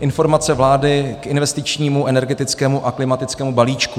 Informace vlády k investičnímu, energetickému a klimatickému balíčku.